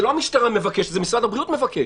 זה לא המשטרה מבקשת, זה משרד הבריאות מבקש.